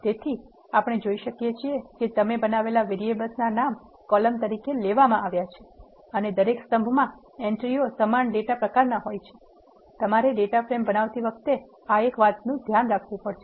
તેથી આપણે જોઈ શકીએ છીએ કે તમે બનાવેલા વેરીએબલ નાં નામ કોલમ તરીકે લેવામાં આવે છે અને દરેક સ્તંભમાં એન્ટ્રીઓ સમાન ડેટા પ્રકારનાં હોય છે તમારે ડેટા ફ્રેમ બનાવતી વખતે આ એક વાતનું ધ્યાન રાખવું પડશે